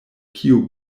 kiu